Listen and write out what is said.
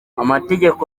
amategeko